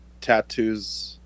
tattoos